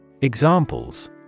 Examples